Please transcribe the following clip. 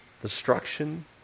Destruction